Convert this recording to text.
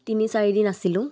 তিনি চাৰিদিন আছিলোঁ